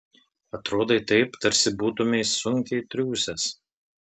atrodai taip tarsi būtumei sunkiai triūsęs